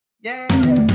yay